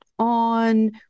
on